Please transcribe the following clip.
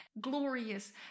glorious